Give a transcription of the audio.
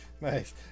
nice